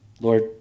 Lord